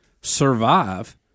survive